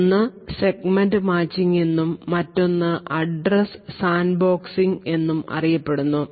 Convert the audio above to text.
ഒന്ന് segment matching എന്നും മറ്റൊന്ന് അഡ്രസ് സാൻഡ്ബോക്സിംഗ് എന്നും അറിയപ്പെടുന്നു